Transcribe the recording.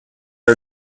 are